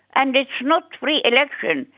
and it's not free elections,